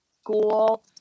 school